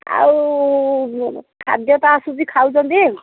ଆଉ ଖାଦ୍ୟ ତ ଆସୁଛି ଖାଉଛନ୍ତି